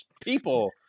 people